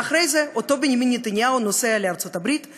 ואחרי זה אותו בנימין נתניהו נוסע לארצות-הברית,